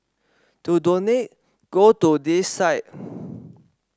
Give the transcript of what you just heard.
to donate go to this site